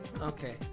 Okay